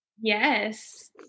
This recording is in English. Yes